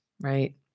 right